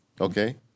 Okay